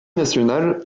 national